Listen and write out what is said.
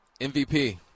MVP